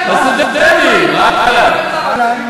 סטודנטים, אהלן.